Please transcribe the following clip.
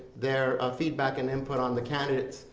their ah feedback and input on the candidates.